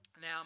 Now